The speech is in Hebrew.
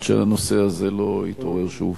כדי שהנושא הזה לא יתעורר שוב.